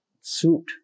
suit